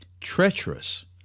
treacherous